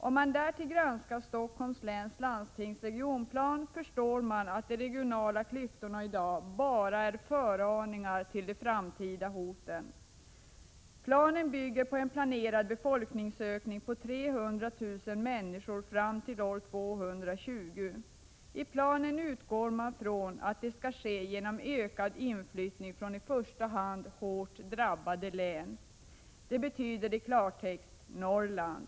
Om man granskar Stockholms läns landstings regionplan, förstår man därtill att de regionala klyftorna i dag bara ger föraningar om de framtida hoten. Planen bygger på en planerad befolkningsökning på 300 000 människor fram till år 2020. I planen utgår man från att det skall ske genom ökad inflyttning från i första hand hårt drabbade län. Det betyder i klartext Norrland.